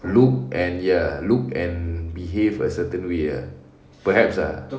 look and ya look and behave a certain way ah perhaps ah